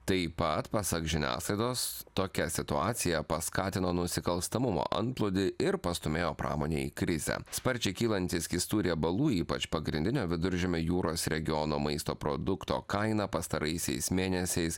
taip pat pasak žiniasklaidos tokia situacija paskatino nusikalstamumo antplūdį ir pastūmėjo pramonę į krizę sparčiai kylanti skystų riebalų ypač pagrindinio viduržemio jūros regiono maisto produkto kaina pastaraisiais mėnesiais